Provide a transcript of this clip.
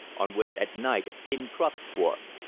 on which at night a thin crust formed.